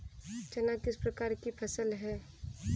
चना किस प्रकार की फसल है?